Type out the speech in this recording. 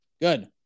Good